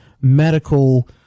medical